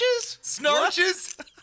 Snorches